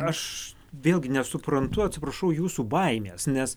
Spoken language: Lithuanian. aš vėlgi nesuprantu atsiprašau jūsų baimės nes